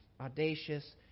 audacious